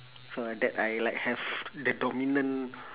so that I like have the dominant